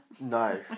No